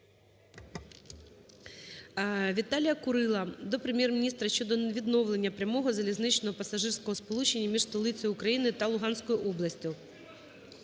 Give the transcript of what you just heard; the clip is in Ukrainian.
Віталія Курила до Прем'єр-міністра щодо відновлення прямого залізничного пасажирського сполучення між столицею України та Луганською областю.